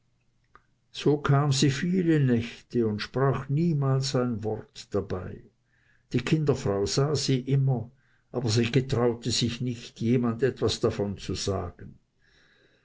so kam sie viele nächte und sprach niemals ein wort dabei die kinderfrau sah sie immer aber sie getraute sich nicht jemand etwas davon zu sagen